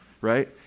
right